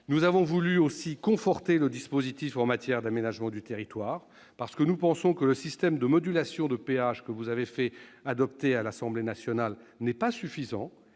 Nous avons voulu aussi conforter le dispositif en matière d'aménagement du territoire, parce que nous pensons que le système de modulation de péage que vous avez fait adopter à l'Assemblée nationale, madame la ministre,